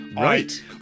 Right